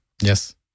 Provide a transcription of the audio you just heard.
Yes